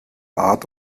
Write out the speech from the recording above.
art